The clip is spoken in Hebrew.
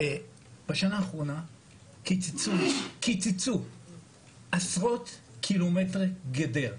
בשנה האחרונה קיצצו עשרות קילומטרים של גדר.